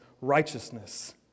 righteousness